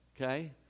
Okay